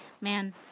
Man